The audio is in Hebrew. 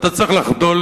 אתה צריך לחדול